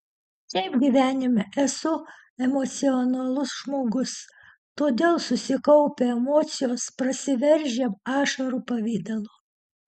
šiaip gyvenime esu emocionalus žmogus todėl susikaupę emocijos prasiveržia ašarų pavidalu